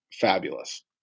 fabulous